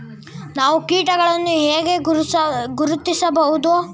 ನಾವು ಕೀಟಗಳನ್ನು ಹೇಗೆ ಗುರುತಿಸಬಹುದು?